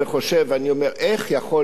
איך יכול להיות שאנחנו,